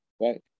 right